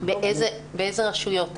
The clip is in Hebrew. באיזה רשויות המקלטים?